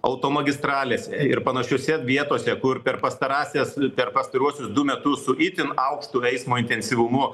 automagistralėse ir panašiose vietose kur per pastarąsias per pastaruosius du metus su itin aukštu eismo intensyvumu